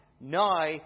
now